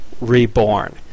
reborn